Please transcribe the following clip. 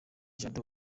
jado